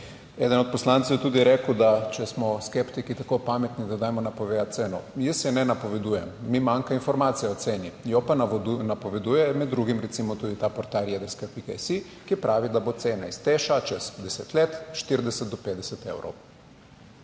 Eden od poslancev je tudi rekel, da če smo skeptiki tako pametni, da dajmo napovedati ceno. Jaz je ne napovedujem. Mi manjka informacija o ceni, jo pa napoveduje med drugim recimo tudi ta portal Jedrske.si, ki pravi, da bo cena iz Teša čez 10 let 40 do 50 evrov.